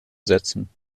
setzen